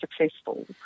successful